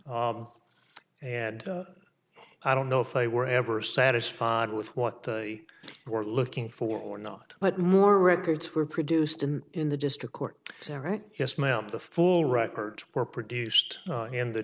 more and i don't know if they were ever satisfied with what they were looking for or not but more records were produced and in the district court yes ma'am the full records were produced in the